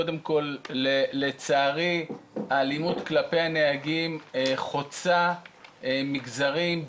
קודם כל לצערי האלימות כלפי נהגים חוצה מגזרים,